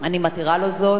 בבקשה, כבוד השר.